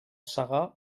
segar